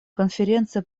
конференция